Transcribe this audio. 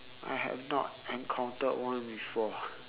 I have not encountered one before